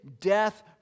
death